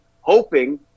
hoping